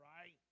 right